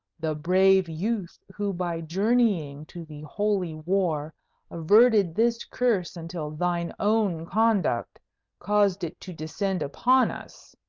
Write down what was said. the brave youth who by journeying to the holy war averted this curse until thine own conduct caused it to descend upon us,